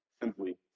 simply